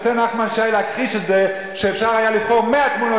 וינסה נחמן שי להכחיש את זה שאפשר היה לבחור 100 תמונות